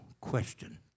question